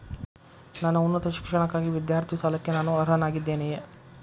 ನನ್ನ ಉನ್ನತ ಶಿಕ್ಷಣಕ್ಕಾಗಿ ವಿದ್ಯಾರ್ಥಿ ಸಾಲಕ್ಕೆ ನಾನು ಅರ್ಹನಾಗಿದ್ದೇನೆಯೇ?